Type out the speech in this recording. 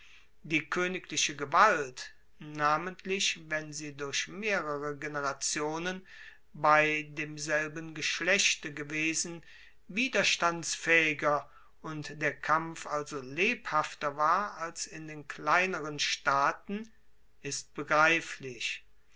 die koenigliche gewalt namentlich wenn sie durch mehrere generationen bei demselben geschlechte gewesen widerstandsfaehiger und der kampf also lebhafter war als in den kleineren staaten ist begreiflich